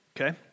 Okay